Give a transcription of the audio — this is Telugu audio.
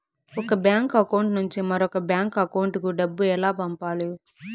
ఒక బ్యాంకు అకౌంట్ నుంచి మరొక బ్యాంకు అకౌంట్ కు డబ్బు ఎలా పంపాలి